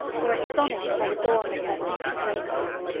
were astonished by the dawn of their future greatness